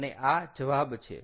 અને આ જવાબ છે